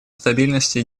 стабильности